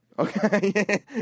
Okay